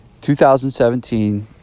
2017